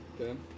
Okay